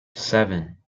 seven